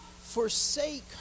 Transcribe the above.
forsake